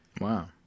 Wow